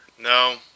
No